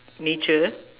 nature